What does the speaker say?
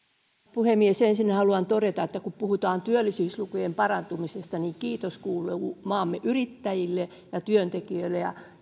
puhemies ensin haluan todeta että kun puhutaan työllisyyslukujen parantumisesta niin kiitos kuuluu maamme yrittäjille ja työntekijöille